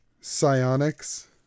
psionics